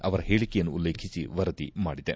ಅವರ ಹೇಳಿಕೆಯನ್ನು ಉಲ್ಲೇಖಿಸಿ ವರದಿ ಮಾಡಿದೆ